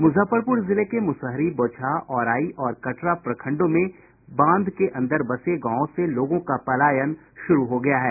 मुजफ्फरपुर जिले के मुसहरी बोचहा औराई और कटरा प्रखंडों में बांध के अंदर बसे गांवों से लोगों का पलायन शुरू हो गया है